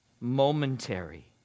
momentary